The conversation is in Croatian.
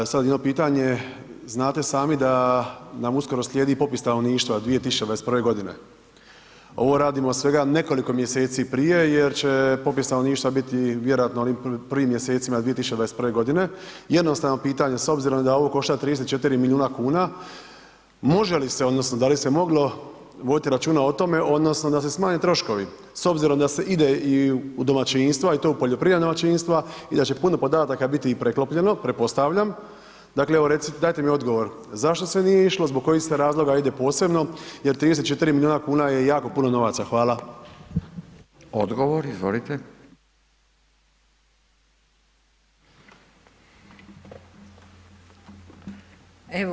Sad jedno pitanje, znate sami da nam uskoro slijedi i popis stanovništva 2021. g. Ovo radimo svega nekoliko mjeseci prije jer će popis stanovništva biti vjerojatno u prvim mjesecima 2021. g., jednostavno pitanje s obzirom da ovo košta 34 milijuna kuna, može li se odnosno da li se moglo voditi računa o tome odnosno da se smanje troškovi s obzirom da se ide i u domaćinstva i to u poljoprivredna domaćinstva i da će puno podataka biti i preklopljeno pretpostavljam, dakle dajte mi odgovor, zašto se nije išlo, zbog kojih se razloga ide posebno jer 34 milijuna kuna je jako puno novaca, hvala.